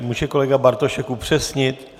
Může kolega Bartošek upřesnit?